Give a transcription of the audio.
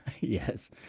Yes